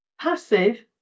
Passive